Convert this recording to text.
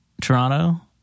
Toronto